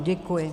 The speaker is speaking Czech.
Děkuji.